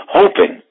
hoping